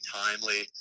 timely